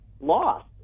lost